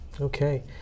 Okay